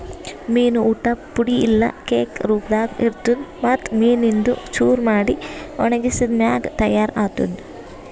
ಮೀನು ಊಟ್ ಪುಡಿ ಇಲ್ಲಾ ಕೇಕ್ ರೂಪದಾಗ್ ಇರ್ತುದ್ ಮತ್ತ್ ಮೀನಿಂದು ಚೂರ ಮಾಡಿ ಒಣಗಿಸಿದ್ ಮ್ಯಾಗ ತೈಯಾರ್ ಆತ್ತುದ್